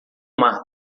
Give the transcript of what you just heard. mar